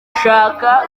shaka